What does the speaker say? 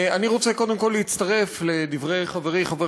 אני רוצה קודם כול להצטרף לדברי חברי חבר